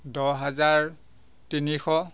দহ হাজাৰ তিনিশ